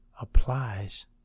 applies